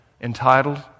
entitled